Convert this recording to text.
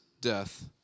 death